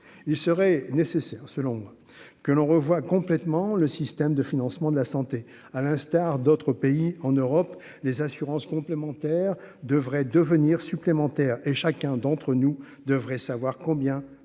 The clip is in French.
il serait nécessaire, selon que l'on revoie complètement le système de financement de la santé, à l'instar d'autres pays en Europe, les assurances complémentaires devrait devenir supplémentaires et chacun d'entre nous devrait savoir combien